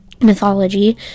mythology